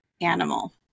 animal